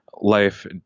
life